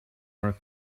are